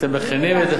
אתם מכינים את,